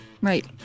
Right